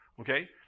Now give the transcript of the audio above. okay